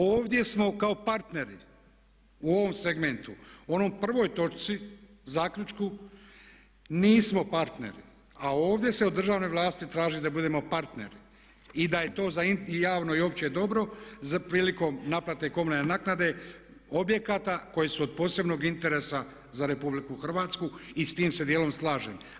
Ovdje smo kao partneri, u ovom segmentu, u onoj prvoj točci, zaključku nismo partneri a ovdje se od državne vlasti traži da budemo partneri i da je to za javno i opće dobro prilikom naplate komunalne naknade, objekata koji su od posebnog interesa za RH i s tim se dijelom slažem.